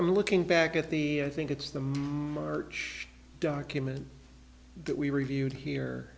i'm looking back at the i think it's the march documents that we reviewed here